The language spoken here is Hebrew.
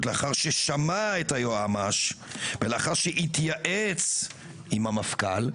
לאחר ששמע את היועמ"ש ולאחר שהתייעץ עם המפכ"ל,